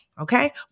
Okay